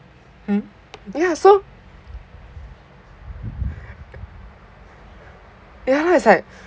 mm ya so ya lah it's like